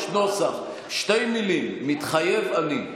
יש נוסח, שתי מילים: מתחייב אני.